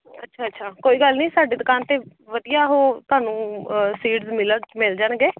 ਅੱਛਾ ਅੱਛਾ ਕੋਈ ਗੱਲ ਨਹੀਂ ਸਾਡੀ ਦੁਕਾਨ 'ਤੇ ਵਧੀਆ ਉਹ ਤੁਹਾਨੂੰ ਸੀਡਸ ਮਿਲਣ ਮਿਲ ਜਾਣਗੇ